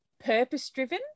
purpose-driven